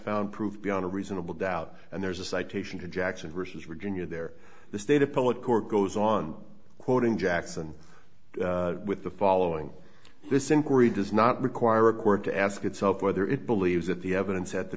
found prove beyond a reasonable doubt and there's a citation to jackson versus virginia there the state appellate court goes on quoting jackson with the following this inquiry does not require a court to ask itself whether it believes that the evidence at the